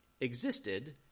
existed